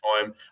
time